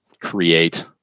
create